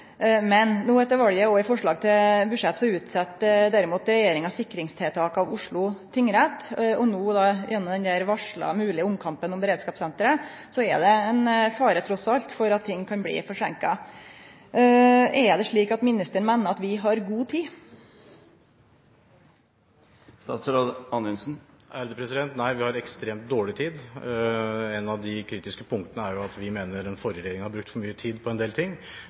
Etter valet og i forslag til budsjett har regjeringa derimot utsett sikringstiltak ved Oslo tingrett. Gjennom den varsla moglege omkampen om beredskapssenteret er det trass alt ein fare for at ting kan bli forseinka. Er det slik at ministeren meiner vi har god tid? Nei, vi har ekstremt dårlig tid. Et av de kritiske punktene er at vi mener den forrige regjeringen har brukt for mye tid på en del ting.